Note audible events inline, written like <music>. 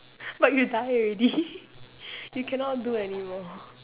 but you die already <laughs> you cannot do anymore